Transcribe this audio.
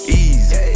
easy